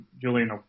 Julian